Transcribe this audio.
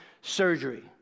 surgery